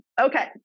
Okay